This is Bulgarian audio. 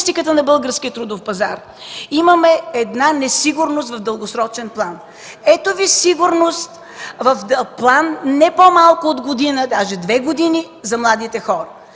на българския трудов пазар? Имаме една несигурност в дългосрочен план. Ето Ви сигурност в план не по-малко от година, даже две години за младите хора.